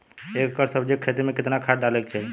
एक एकड़ सब्जी के खेती में कितना खाद डाले के चाही?